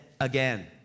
again